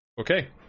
Okay